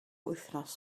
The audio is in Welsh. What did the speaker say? wythnos